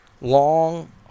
long